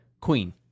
Queen